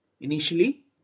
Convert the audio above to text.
Initially